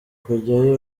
kujyayo